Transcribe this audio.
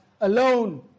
Alone